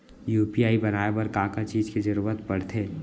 UPI बनाए बर का का चीज के जरवत पड़थे?